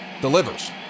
delivers